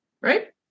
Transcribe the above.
right